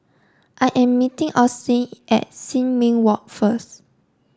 I am meeting Austyn at Sin Ming Walk first